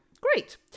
Great